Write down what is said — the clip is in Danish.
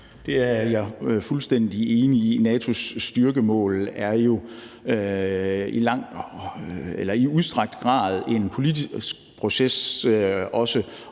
Det er jeg fuldstændig enig i. NATO's styrkemål er jo i udstrakt grad også en politisk proces og